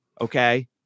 Okay